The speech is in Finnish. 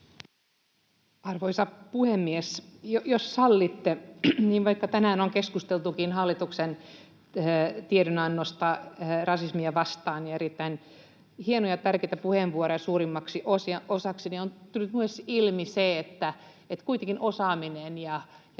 Arvoisa puhemies! Jos sallitte, niin vaikka tänään on keskusteltukin hallituksen tiedonannosta rasismia vastaan ja erittäin hienoja ja tärkeitä puheenvuoroja suurimmaksi osaksi, niin on tullut myös ilmi se, että kuitenkin osaamisen ja